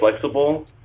flexible